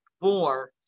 four